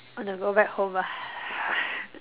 want to go back home ah